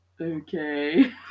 Okay